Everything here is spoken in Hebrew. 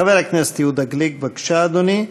חבר הכנסת יהודה גליק, בבקשה, אדוני.